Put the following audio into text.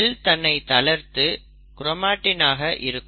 செல் தன்னை தளர்த்து க்ரோமாட்டின் ஆக இருக்கும்